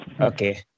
okay